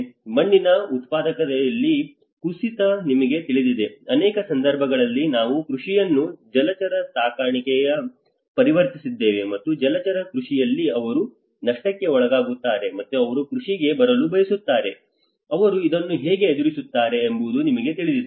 ಮಣ್ಣಿನ ಉತ್ಪಾದಕತೆಯಲ್ಲಿ ಕುಸಿತ ನಿಮಗೆ ತಿಳಿದಿದೆ ಅನೇಕ ಸಂದರ್ಭಗಳಲ್ಲಿ ನಾವು ಕೃಷಿಯನ್ನು ಜಲಚರ ಸಾಕಣೆಗಾಗಿ ಪರಿವರ್ತಿಸಿದ್ದೇವೆ ಮತ್ತು ಜಲಚರ ಕೃಷಿಯಲ್ಲಿ ಅವರು ನಷ್ಟಕ್ಕೆ ಒಳಗಾಗುತ್ತಾರೆ ಮತ್ತೆ ಅವರು ಕೃಷಿಗೆ ಬರಲು ಬಯಸುತ್ತಾರೆ ಅವರು ಇದನ್ನು ಹೇಗೆ ಎದುರಿಸುತ್ತಾರೆ ಎಂಬುದು ನಿಮಗೆ ತಿಳಿದಿದೆ